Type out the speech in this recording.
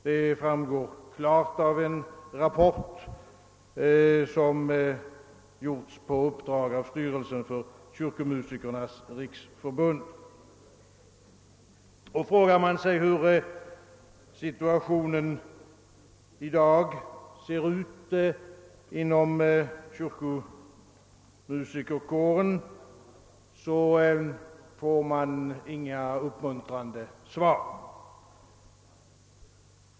Detta framgår klart av en rapport som utarbetats på uppdrag av styrelsen för Kyrkomusikernas riksförbund, Frågar man sig hur situationen i dag ser ut inom kyrkomusikerkåren får man inget uppmuntrande svar.